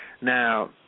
Now